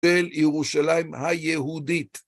אל ירושלים היהודית.